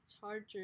charger